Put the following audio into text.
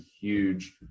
huge